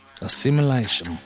Assimilation